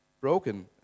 broken